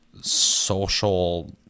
social